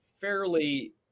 fairly